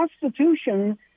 Constitution